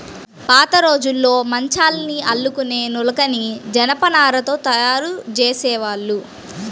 పాతరోజుల్లో మంచాల్ని అల్లుకునే నులకని జనపనారతో తయ్యారు జేసేవాళ్ళు